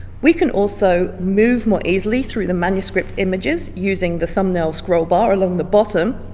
we can also move more easily through the manuscript images using the thumbnail scrollbar along the bottom,